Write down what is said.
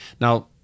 Now